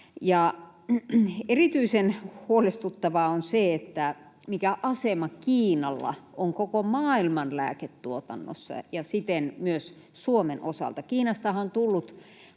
erityisen huolestuttavaa on se, mikä asema Kiinalla on koko maailman lääketuotannossa ja siten myös Suomen osalta. Kiinastahan on tullut